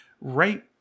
right